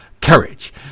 courage